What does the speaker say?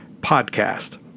podcast